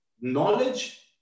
knowledge